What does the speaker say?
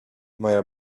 moja